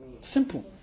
Simple